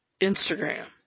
Instagram